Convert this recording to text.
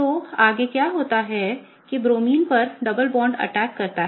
तो आगे क्या होता है कि इस ब्रोमीन पर डबल बॉन्ड अटैक करता है